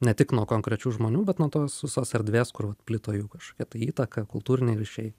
ne tik nuo konkrečių žmonių bet nuo tos visos erdvės kur vat plito jų kažkokia tai įtaka kultūriniai ryšiai